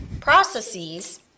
processes